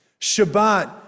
Shabbat